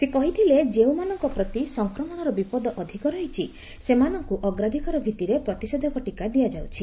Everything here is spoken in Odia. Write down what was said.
ସେ କହିଥିଲେ ଯେଉଁମାନଙ୍କ ପ୍ରତି ସଂକ୍ରମଣର ବିପଦ ଅଧିକ ରହିଛି ସେମାନଙ୍କୁ ଅଗ୍ରାଧିକାର ଭିତ୍ତିରେ ପ୍ରତିଷେଧକ ଟିକା ଦିଆଯାଉଛି